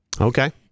okay